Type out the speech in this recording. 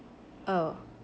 oh